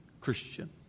Christian